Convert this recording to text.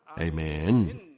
Amen